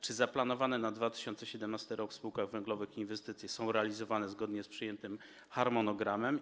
Czy zaplanowane na 2017 r. w spółkach węglowych inwestycje są realizowane zgodnie z przyjętym harmonogramem?